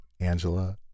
Angela